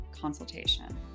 consultation